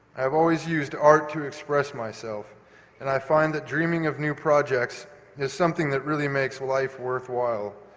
i've always used art to express myself and i find that dreaming of new projects is something that really makes life worthwhile.